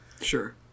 Sure